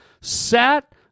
sat